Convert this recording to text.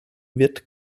wird